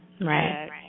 Right